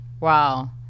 Wow